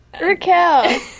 Raquel